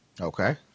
Okay